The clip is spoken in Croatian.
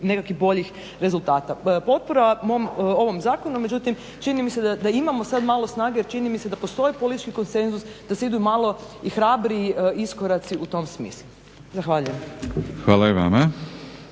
nekakvih boljih rezultata. Potpora ovom zakonu međutim čini mi se da imamo sada malo snage jer čini mi se da postoji politički konsenzus da se ide malo i hrabriji iskoraci u tom smislu. Zahvaljujem. **Batinić,